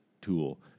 tool